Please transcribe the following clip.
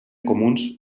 comuns